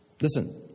Listen